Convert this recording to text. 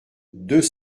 deux